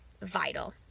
vital